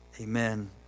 amen